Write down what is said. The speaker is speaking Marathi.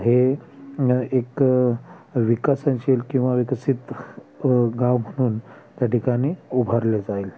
हे एक विकसनशील किंवा विकसित गाव म्हणून त्या ठिकाणी उभारले जाईल